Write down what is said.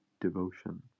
devotion